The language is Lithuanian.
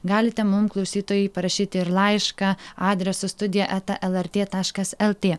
galite mum klausytojai parašyti ir laišką adresu studija eta lrt taškas lt